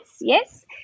Yes